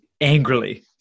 angrily